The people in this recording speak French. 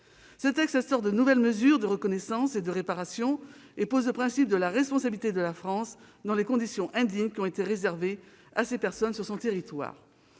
Ce texte instaure de nouvelles mesures de reconnaissance et de réparation. Il pose le principe de la responsabilité de la France dans l'indignité des conditions de vie qui ont été réservées à ces personnes sur son territoire.